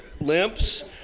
limps